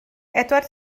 edward